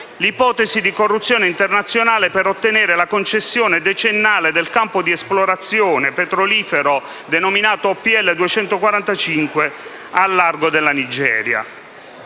un'ipotesi di corruzione internazionale per ottenere la concessione decennale nel campo di esplorazione petrolifero denominato Opl-245 al largo della Nigeria.